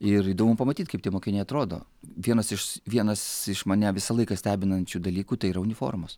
ir įdomu pamatyt kaip tie mokiniai atrodo vienas iš vienas iš mane visą laiką stebinančių dalykų tai yra uniformos